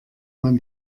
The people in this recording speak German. man